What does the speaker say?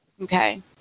okay